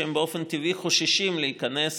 שהם באופן טבעי חוששים להיכנס